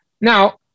Now